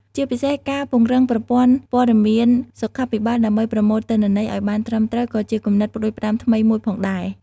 ជាពិសេស ការពង្រឹងប្រព័ន្ធព័ត៌មានសុខាភិបាលដើម្បីប្រមូលទិន្នន័យឱ្យបានត្រឹមត្រូវក៏ជាគំនិតផ្តួចផ្តើមថ្មីមួយផងដែរ។